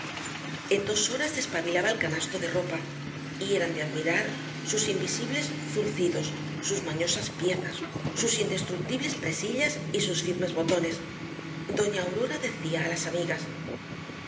en dos horas despabilaba el canasto de ropa y eran de admirar sus invisibles zurcidos sus mañosas piezas sus indestructibles presillas y sus firmes botones doña aurora decía á las amigas